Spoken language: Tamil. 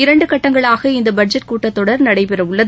இரண்டு கட்டங்களாக இந்த பட்ஜெட் கூட்டத் தொடர் நடைபெறவுள்ளது